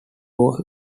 were